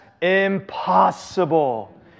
impossible